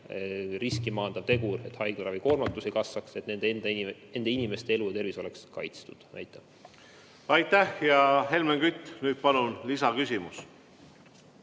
riski maandav tegur, et haiglate koormus ei kasvaks ja nende inimeste elu ja tervis oleks kaitstud. Aitäh! Helmen Kütt, nüüd palun lisaküsimus!